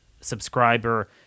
subscriber